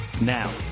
Now